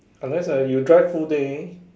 unless ah you drive full day